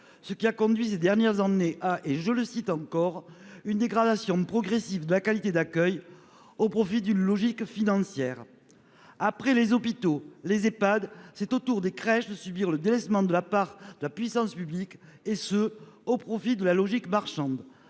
ce qui a conduit, ces dernières années, à « une dégradation progressive de la qualité d'accueil au profit de logiques financières ». Après les hôpitaux, les Ehpad, c'est au tour des crèches d'être délaissées par la puissance publique, et ce au profit de la logique marchande.